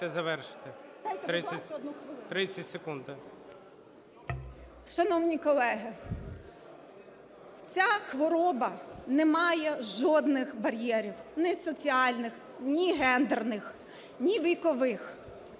Шановні колеги, ця хвороба не має жодних бар'єрів – ні соціальних, ні гендерних, ні вікових.